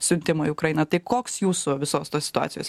siuntimą į ukrainą tai koks jūsų visos tos situacijos